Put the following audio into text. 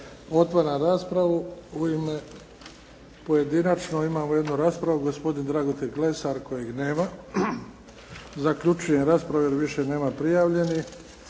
Otvaram raspravu. Pojedinačno imamo jednu raspravu, gospodin Dragutin Lesar kojeg nema. Zaključujem raspravu, jer više nema prijavljenih.